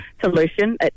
solution